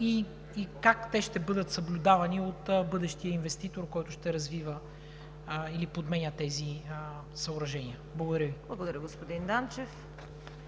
И как те ще бъдат съблюдавани от бъдещия инвеститор, който ще развива или подменя тези съоръжения? Благодаря Ви. ПРЕДСЕДАТЕЛ